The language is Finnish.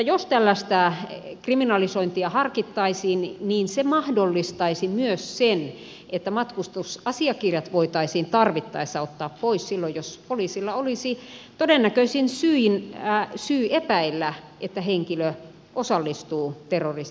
jos tällaista kriminalisointia harkittaisiin niin se mahdollistaisi myös sen että matkustusasiakirjat voitaisiin tarvittaessa ottaa pois silloin jos poliisilla olisi todennäköinen syy epäillä että henkilö osallistuu terroristiryhmän toimintaan